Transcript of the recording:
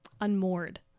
unmoored